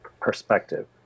perspective